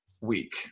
week